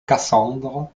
cassandre